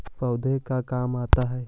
पौधे का काम आता है?